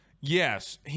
Yes